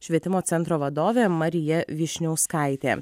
švietimo centro vadovė marija vyšniauskaitė